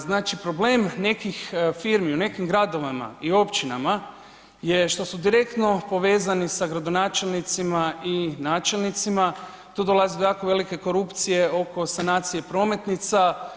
Znači problem nekih firmi u nekim gradovima i općinama je što su direktno povezani sa gradonačelnicima i načelnicima, tu dolazi do jako velike korupcije oko sanacije prometnica.